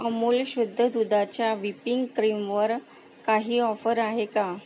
अमूल शुद्ध दुधाच्या व्हीपिंग क्रीमवर काही ऑफर आहे का